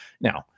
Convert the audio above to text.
Now